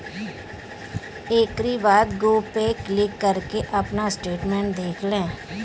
एकरी बाद गो पे क्लिक करके आपन स्टेटमेंट देख लें